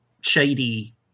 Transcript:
shady